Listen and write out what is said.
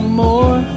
more